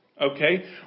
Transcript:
Okay